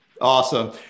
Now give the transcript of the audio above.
Awesome